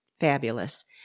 Fabulous